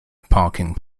parking